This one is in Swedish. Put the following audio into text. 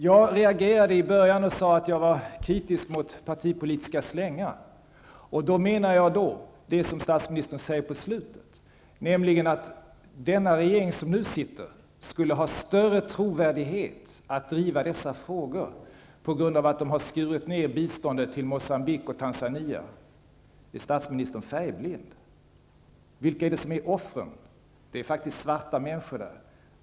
Jag sade tidigare att jag var kritisk mot partipolitiska slängar. Då menar jag det som statsministern sade på slutet, nämligen att den regeringen som nu sitter skulle ha större trovärdighet att driva dessa frågor på grund av att den har skurit ner biståndet till Moçambique och Tanzania. Är statsministern färgblind? Vilka är offren? De är faktiskt svarta människor.